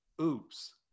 oops